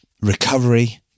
recovery